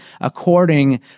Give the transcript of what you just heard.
according